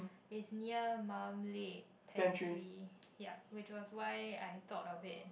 is near Marmalade Pantry yeap which was why I thought of it